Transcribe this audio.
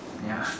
ya